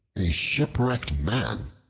a shipwrecked man,